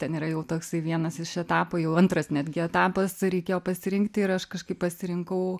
ten yra jau toksai vienas iš etapų jau antras netgi etapas reikėjo pasirinkti ir aš kažkaip pasirinkau